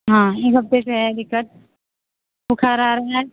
हाँ एक हफ़्ते से है दिक़्क़त बुखार आ रहा है